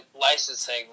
licensing